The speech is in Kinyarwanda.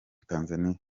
tanzania